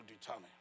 determine